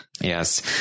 Yes